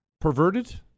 perverted